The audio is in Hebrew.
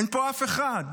אין פה אף אחד.